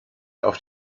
auf